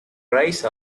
rise